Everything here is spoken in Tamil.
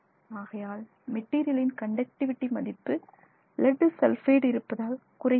ஆகையால் மெட்டீரியல் இன் கண்டக்டிவிடி மதிப்பு லெட் சல்ஃபைடு இருப்பதால் குறைகிறது